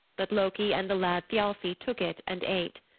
but loki and the lad thialfi took it and ate.